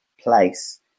place